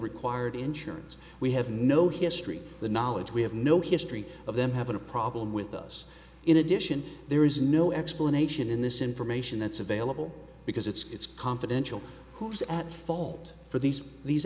required insurance we have no history the knowledge we have no history of them having a problem with us in addition there is no explanation in this information that's available because it's confidential who's at fault for these these